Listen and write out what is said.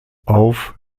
auf